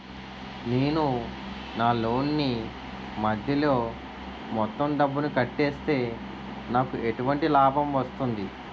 నేను నా లోన్ నీ మధ్యలో మొత్తం డబ్బును కట్టేస్తే నాకు ఎటువంటి లాభం వస్తుంది?